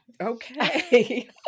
Okay